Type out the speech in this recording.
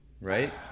Right